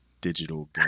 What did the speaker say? digital